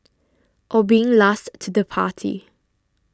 or being last to the party